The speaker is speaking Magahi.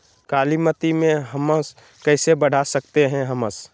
कालीमती में हमस कैसे बढ़ा सकते हैं हमस?